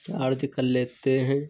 charge कर लेते हैं